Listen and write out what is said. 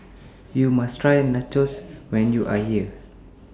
YOU must Try Nachos when YOU Are here